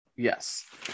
Yes